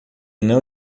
não